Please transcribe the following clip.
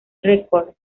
records